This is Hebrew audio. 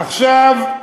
עכשיו,